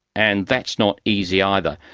and that's not easy either,